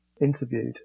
interviewed